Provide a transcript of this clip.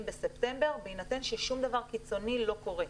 בספטמבר בהינתן ששום דבר קיצוני לא קורה.